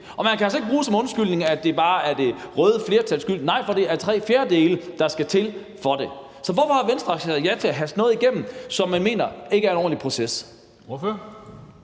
Og man kan altså ikke bruge som undskyldning, at det bare er det røde flertals skyld – nej, for det er tre fjerdedele, der skal til, for at det kan gøres. Så hvorfor har Venstre sagt ja til at haste noget igennem, som man mener ikke er en ordentlig proces? Kl.